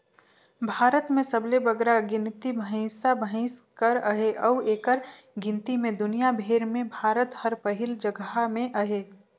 भारत में सबले बगरा गिनती भंइसा भंइस कर अहे अउ एकर गिनती में दुनियां भेर में भारत हर पहिल जगहा में अहे